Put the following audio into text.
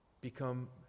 become